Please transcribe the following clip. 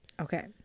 Okay